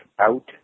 out